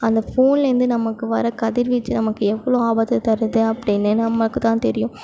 அந்த ஃபோன்லேயிருந்து நமக்கு வர கதிர்வீச்சு நமக்கு எவ்வளோ ஆபத்தை தருது அப்படின்னு நமக்குதான் தெரியும்